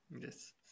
Yes